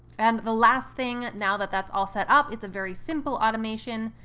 and the last thing, now that that's all set up, it's a very simple automation.